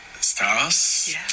stars